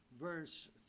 verse